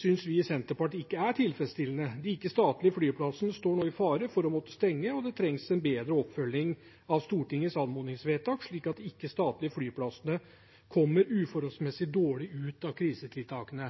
synes vi i Senterpartiet ikke er tilfredsstillende. De ikke-statlige flyplassene står nå i fare for å måtte stenge, og det trengs en bedre oppfølging av Stortingets anmodningsvedtak, slik at de ikke-statlige flyplassene ikke kommer uforholdsmessig dårlig ut av krisetiltakene.